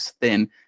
thin